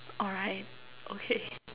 alright okay